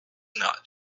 not